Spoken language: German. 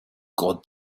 gott